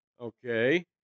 Okay